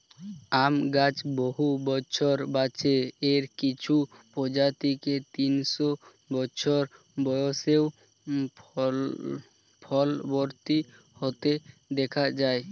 আম গাছ বহু বছর বাঁচে, এর কিছু প্রজাতিকে তিনশো বছর বয়সেও ফলবতী হতে দেখা যায়